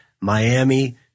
Miami